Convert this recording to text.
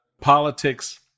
politics